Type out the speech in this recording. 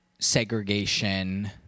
segregation